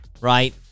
right